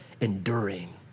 enduring